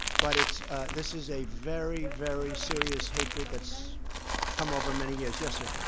but it's this is a very, very serious hatred that's come over many years. yes, sir.